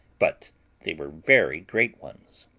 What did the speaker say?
but they were very great ones.